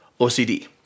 OCD